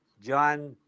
John